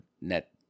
net